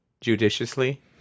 judiciously